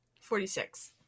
Forty-six